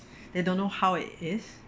they don't know how it is